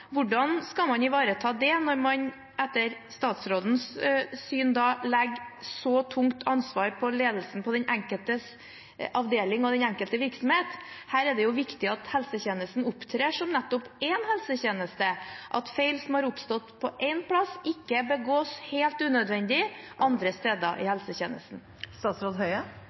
Hvordan skal man ivareta det når man etter statsrådens syn legger så tungt ansvar på ledelsen ved den enkelte avdeling og den enkelte virksomhet? Her er det jo viktig at helsetjenesten opptrer som nettopp én helsetjeneste, at feil som har oppstått på én plass, ikke begås helt unødvendig andre steder i